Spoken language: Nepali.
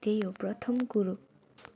त्यही हो प्रथम कुरो